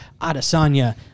Adesanya